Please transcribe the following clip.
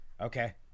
Okay